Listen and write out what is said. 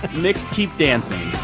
mick, keep dancing